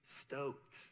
stoked